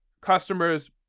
customers